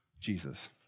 Jesus